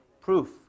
proof